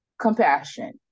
compassion